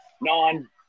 non-